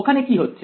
ওখানে কি হচ্ছে